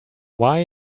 why